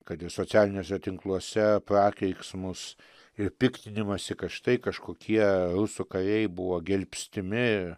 kad ir socialiniuose tinkluose prakeiksmus ir piktinimąsi kad štai kažkokie rusų kariai buvo gelbstimi